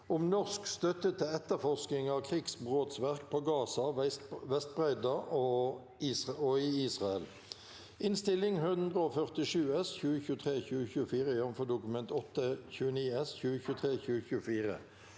om norsk støtte til etterforsking av krigsbrot- sverk på Gaza, Vestbreidda og i Israel (Innst. 147 S (2023–2024), jf. Dokument 8:29 S (2023–2024))